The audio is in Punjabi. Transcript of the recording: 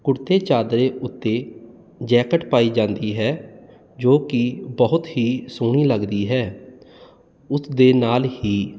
ਕੁੜਤੇ ਚਾਦਰੇ ਉੱਤੇ ਜੈਕਟ ਪਾਈ ਜਾਂਦੀ ਹੈ ਜੋ ਕਿ ਬਹੁਤ ਹੀ ਸੋਹਣੀ ਲੱਗਦੀ ਹੈ ਉਸ ਦੇ ਨਾਲ ਹੀ